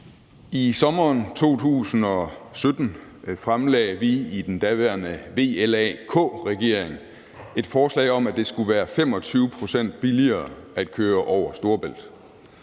I sommeren 2017 fremlagde vi i den daværende VLAK-regering et forslag om, at det skulle være 25 pct. billigere at køre over Storebælt.